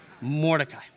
Mordecai